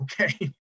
okay